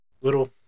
little